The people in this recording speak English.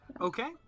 Okay